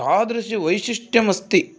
तादृशवैशिष्ट्यमस्ति